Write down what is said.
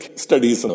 studies